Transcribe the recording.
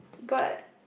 but